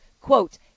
quote